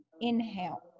inhale